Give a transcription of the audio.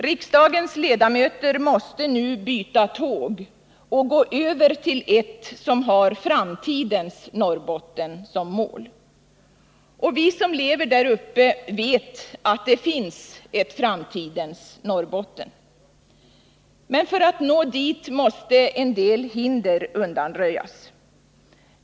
Riksdagens ledamöter måste nu byta tåg och gå över till ett som har framtidens Norrbotten som mål. Vi som lever där uppe vet att det finns ett framtidens Norrbotten. Men för att nå dit måste en del hinder undanröjas.